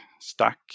stack